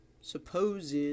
supposed